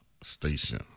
station